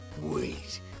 Wait